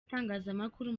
itangazamakuru